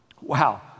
Wow